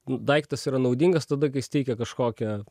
nu daiktas yra naudingas tada kai jis teikia kažkokią